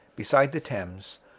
beside the thames,